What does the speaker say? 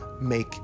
make